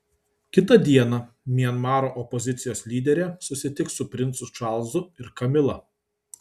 kitą dieną mianmaro opozicijos lyderė susitiks su princu čarlzu ir kamila